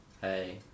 hey